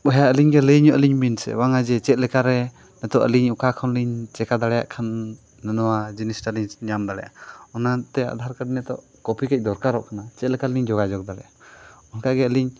ᱵᱚᱭᱦᱟ ᱟᱹᱞᱤᱧᱜᱮ ᱞᱟᱹᱭ ᱧᱚᱜ ᱟᱹᱞᱤᱧ ᱵᱤᱱ ᱥᱮ ᱵᱟᱝᱼᱟ ᱡᱮ ᱪᱮᱫ ᱞᱮᱠᱟᱨᱮ ᱱᱤᱛᱚᱜ ᱟᱹᱞᱤᱧ ᱚᱠᱟ ᱠᱷᱚᱱᱞᱤᱧ ᱪᱤᱠᱟᱹ ᱫᱟᱲᱮᱭᱟᱜ ᱠᱷᱟᱱ ᱱᱚᱣᱟ ᱡᱤᱱᱤᱥᱴᱟ ᱞᱤᱧ ᱧᱟᱢ ᱫᱟᱲᱮᱭᱟᱜᱼᱟ ᱚᱱᱟᱛᱮ ᱟᱫᱷᱟᱨ ᱠᱟᱨᱰ ᱱᱤᱛᱚᱜ ᱠᱚᱯᱤ ᱠᱟᱹᱡ ᱫᱚᱨᱠᱟᱨᱚᱜ ᱠᱟᱱᱟ ᱪᱮᱫ ᱞᱮᱠᱟ ᱨᱮᱞᱤᱧ ᱡᱳᱜᱟᱡᱳᱜᱽ ᱫᱟᱲᱮᱭᱟᱜᱼᱚᱱᱠᱟᱜᱮ ᱟᱹᱞᱤᱧ